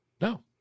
No